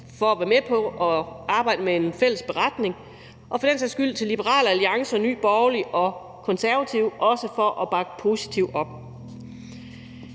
for at være med på at arbejde med en fælles beretning. Og for den sags skyld også tak til Liberal Alliance, Nye Borgerlige og Konservative for at bakke positivt op.